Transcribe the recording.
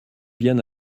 bien